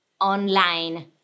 online